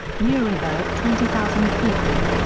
nuremberg twenty thousand people.